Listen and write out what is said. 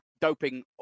doping